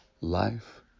Life